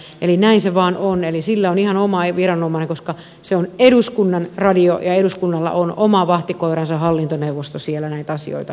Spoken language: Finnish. eli näin se vain on eli sille on ihan oma viranomainen koska se on eduskunnan radio ja eduskunnalla on oma vahtikoiransa hallintoneuvosto siellä näitä asioita hoitamassa